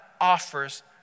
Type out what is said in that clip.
offers